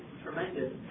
Tremendous